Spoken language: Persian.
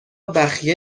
بخیه